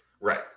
Right